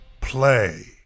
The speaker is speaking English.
play